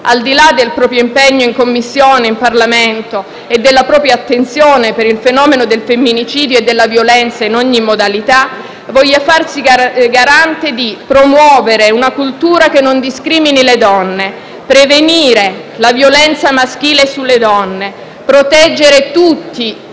al di là del proprio impegno in Commissione, in Parlamento, e della propria attenzione verso il fenomeno del femminicidio e della violenza in ogni sua modalità, voglia farsi garante di: promuovere una cultura che non discrimini le donne, prevenire la violenza maschile sulle donne, proteggere tutte